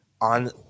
on